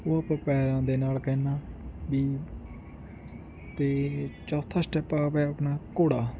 ਉਹ ਆਪਾਂ ਪੈਰਾਂ ਦੇ ਨਾਲ ਕਰਨਾ ਵੀ ਅਤੇ ਚੌਥਾ ਸਟੈਪ ਆ ਪ ਆਪਣਾ ਘੋੜਾ